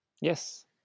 yes